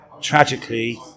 tragically